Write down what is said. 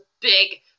big